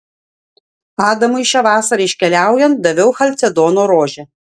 adamui šią vasarą iškeliaujant daviau chalcedono rožę